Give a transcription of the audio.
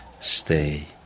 Stay